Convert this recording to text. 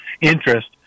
interest